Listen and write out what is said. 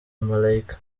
malaika